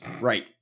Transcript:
right